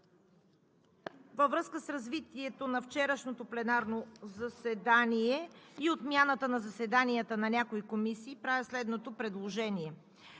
във връзка с развитието на вчерашното пленарно заседание и отмяната на заседанията на някои комисии правя предложение